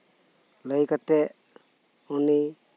ᱞᱟᱹᱭ ᱠᱟᱛᱮ ᱩᱱᱤ